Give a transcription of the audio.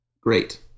Great